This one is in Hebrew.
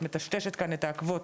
את מטשטשת את העקבות.